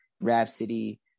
Rhapsody